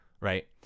Right